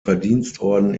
verdienstorden